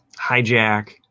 hijack